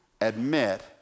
admit